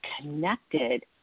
connected